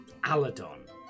Aladon